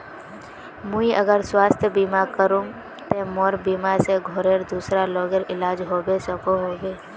मुई अगर स्वास्थ्य बीमा करूम ते मोर बीमा से घोरेर दूसरा लोगेर इलाज होबे सकोहो होबे?